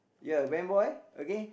ya win boy okay